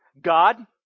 god